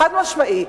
חד-משמעי.